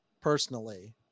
personally